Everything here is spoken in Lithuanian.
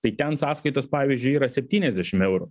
tai ten sąskaitos pavyzdžiui yra septyniasdešim eurų